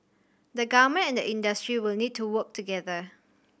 the Government and the industry will need to work together